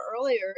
earlier